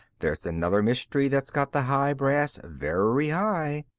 there's another mystery that's got the high brass very high.